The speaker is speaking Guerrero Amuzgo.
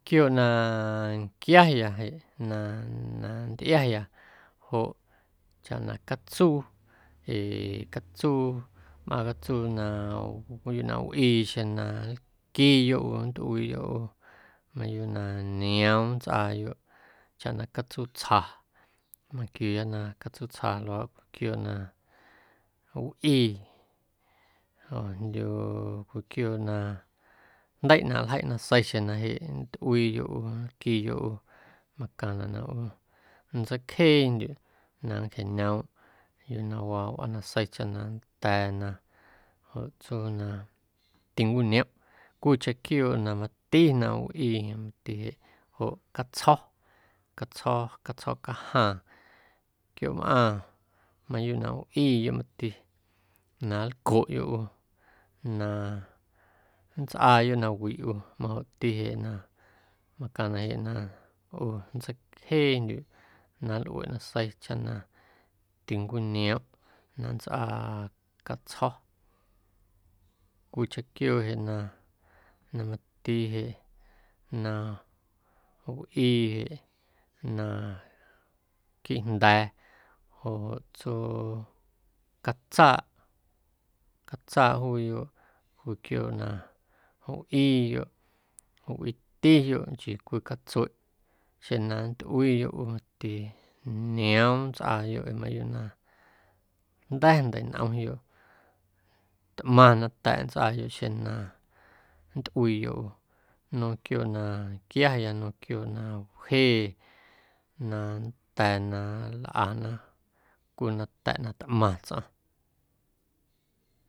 Quiooꞌ na nquiaya jeꞌ na na nntꞌiaya joꞌ chaꞌ na catsuu ee catsuu mꞌaaⁿ catsuu na mayuuꞌ na wꞌii xeⁿ na nlquiiyoꞌ ꞌu, nntꞌuiiyoꞌ ꞌu mayuuꞌ na nioom nntsꞌaayoꞌ chaꞌ na catsuutsja manquiuuya na catsuutsja luaaꞌ cwii quiooꞌ na wꞌii joꞌjndyu luaaꞌ cwii quiooꞌ na jndeiꞌnaꞌ nljeiꞌ nasei xeⁿ na jeꞌ nntꞌuiiyoꞌ ꞌu, nlquiiyoꞌ ꞌu macaⁿnaꞌ na ꞌu nntseicjeendyuꞌ na nncjeꞌñoomꞌ yuu na waa wꞌaanasei chaꞌ na nnda̱a̱ na joꞌ tsuu na tincwiniomꞌ, cwiicheⁿ quiooꞌ na mati wꞌii mati jeꞌ joꞌ catsjo̱, catsjo̱, catsjo̱ cajaaⁿ quiooꞌmꞌaaⁿ mayuuꞌ na wꞌiiyoꞌ mati na nlcoꞌyoꞌ ꞌu na nntsꞌaayoꞌ nawiꞌ ꞌu majoꞌti jeꞌ na macaⁿnaꞌ jeꞌ na ꞌu nntseicjeendyuꞌ na nlꞌueꞌ nasei ee chaꞌ na tincwinioomꞌ na nntsꞌaa catsjo̱ cwiicheⁿ quiooꞌ jeꞌ na na mati jeꞌ na wꞌii jeꞌ naquiiꞌ jnda̱a̱ joꞌ tsuu catsaaꞌ, catsaaꞌ juuyoꞌ cwii quiooꞌ na wꞌiiyoꞌ, wꞌiitiyoꞌ nchii cwii catsueꞌ xeⁿ na nntꞌuiiyoꞌ ꞌu tinioom nntsꞌaayoꞌ ee mayuuꞌ na jnda̱ ndeiꞌnꞌomyoꞌ tꞌmaⁿ nata̱ꞌ nntsꞌaayoꞌ xeⁿ na nntꞌuiiyoꞌ ꞌu nueeⁿ quiooꞌ na nquiaya, nueeⁿ quiooꞌ na wjee na nnda̱a̱ na nlꞌa na cwii nata̱ꞌ na tꞌmaⁿ tsꞌaⁿ.